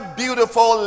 beautiful